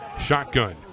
Shotgun